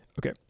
Okay